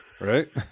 right